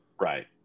Right